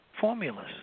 formulas